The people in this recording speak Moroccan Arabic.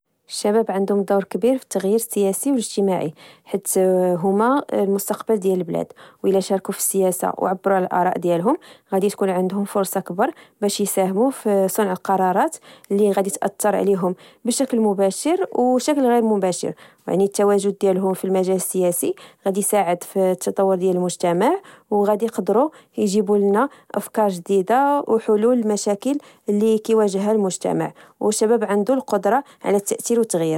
الشباب عندهم دور كبير في تغيير سياسي و الإجتماعي، حيت هوما المستقبل ديال البلاد و إلى شاركو في السياسة، و عبرو على الآراء ديالهم غادي تكون عندهم فرصة كبر باش يساهمو في صنع القرارات اللي غادي تأثر عليهم بشكل مباشر، و شكل غير مباشر، يعني التواجد ديالهم في المجال السياسي غادي يساعد في التطور ديال المجتمع، و غادي يقدرو يجيبو لنا أفكار جديدة و حلول المشاكل اللي كيواجهها المجتمع، و الشباب عندو القدرة على التأثير والتغيير